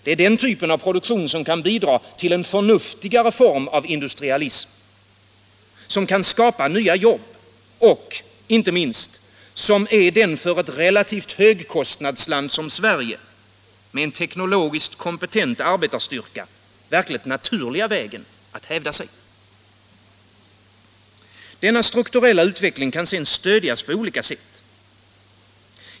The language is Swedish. Det är den typen av produktion som kan bidra till en förnuftigare form av industrialism, som kan skapa nya jobb och — inte minst — som är den för ett relativt högkostnadsland som Sverige med en teknologiskt kompetent arbetarstyrka verkligt naturliga vägen att hävda sig. Denna strukturella utveckling kan sedan stödjas på olika sätt.